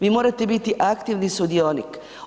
Vi morate biti aktivni sudionik.